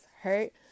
hurt